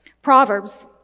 Proverbs